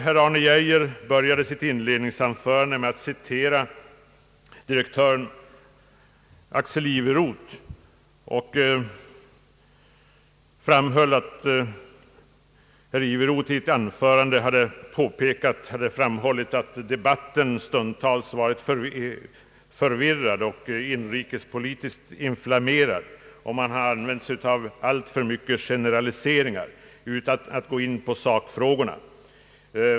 Herr Arne Geijer började sitt inledningsanförande med att citera direktör Axel Iveroth, vilken hade framhållit att debatten stundtals varit förvirrad och inrikespolitiskt inflammerad samt att man använt sig av alltför mycket generaliseringar utan att gå in på sakfrågorna.